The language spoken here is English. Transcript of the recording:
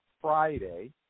Friday